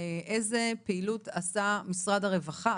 איזו פעילות עשה משרד הרווחה?